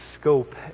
scope